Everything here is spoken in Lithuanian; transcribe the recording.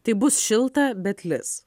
tai bus šilta bet lis